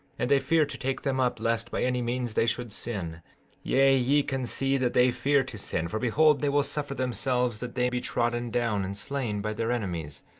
and they fear to take them up lest by any means they should sin yea, ye can see that they fear to sin for behold they will suffer themselves that they be trodden down and slain by their enemies,